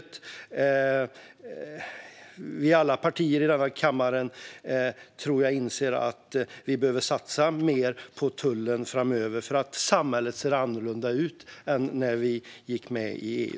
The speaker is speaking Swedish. Jag tror att vi i alla partier i kammaren inser att vi behöver satsa mer på tullen framöver för att samhället ser annorlunda ut än när vi gick med i EU.